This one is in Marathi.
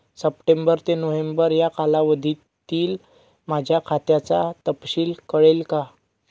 सप्टेंबर ते नोव्हेंबर या कालावधीतील माझ्या खात्याचा तपशील कळेल का?